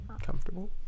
comfortable